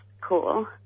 cool